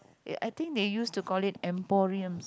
ya I think they used to call it emporium